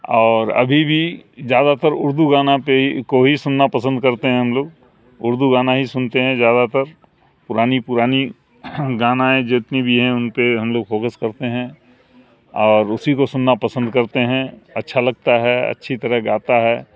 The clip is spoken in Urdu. اور ابھی بھی زیادہ تر اردو گانا پہ ہی کو ہی سننا پسند کرتے ہیں ہم لوگ اردو گانا ہی سنتے ہیں زیادہ تر پرانی پرانی گانائیں جتنی بھی ہیں ان پہ ہم لوگ فوکس کرتے ہیں اور اسی کو سننا پسند کرتے ہیں اچھا لگتا ہے اچھی طرح گاتا ہے